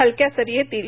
हलक्या सरी येतील